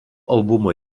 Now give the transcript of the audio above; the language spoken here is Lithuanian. albumo